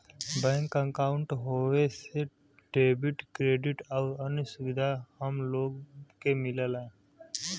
bank अंकाउट होये से डेबिट, क्रेडिट आउर अन्य सुविधा हम लोग के मिलला